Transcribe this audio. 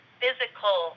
physical